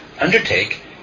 undertake